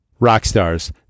Rockstars